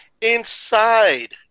inside